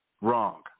wrong